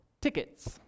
tickets